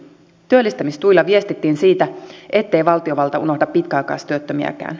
työllistämistuilla viestittiin siitä ettei valtiovalta unohda pitkäaikaistyöttömiäkään